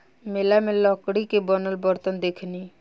मेला में लकड़ी के बनल बरतन देखनी